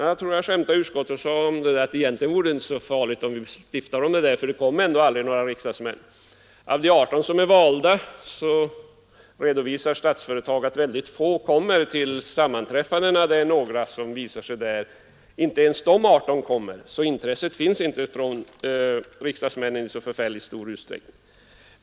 Jag skämtade om detta i utskottet och sade, att i och för sig vore det inte så farligt om vi införde en sådan bestämmelse, för det skulle ändå aldrig komma några riksdagsmän. Av de 18 som är valda redovisar Statsföretag väldigt få som närvarande vid sammanträffandena; det är några som visar sig där. Inte ens dessa 18 kommer alltså, så intresset finns inte hos riksdagsmännen i särskilt stor utsträckning.